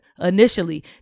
initially